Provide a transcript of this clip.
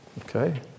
okay